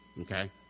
okay